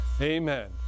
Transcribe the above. Amen